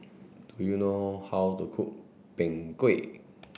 do you know how to cook Png Kueh